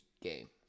game